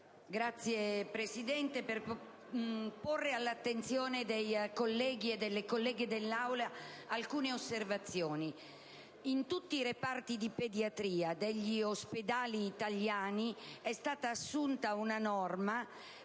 Vorrei portare all'attenzione dei colleghi e delle colleghe dell'Aula alcune osservazioni. In tutti i reparti di pediatria degli ospedali italiani è stata assunta una